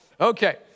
Okay